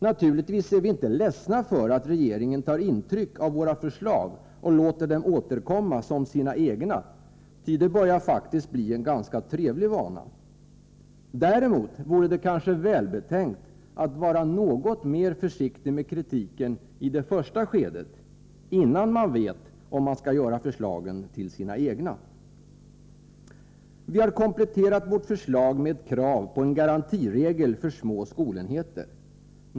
Naturligtvis är vi inte ledsna för att regeringen tar intryck av våra förslag och låter dem återkomma som sina egna, ty det börjar faktiskt bli en ganska trevlig vana. Däremot vore det kanske välbetänkt att vara något mer försiktig med kritiken i det första skedet — innan man vet om man skall göra förslagen till sina egna. Vi har kompletterat vårt förslag med ett krav på en garantiregel för små skolenheter.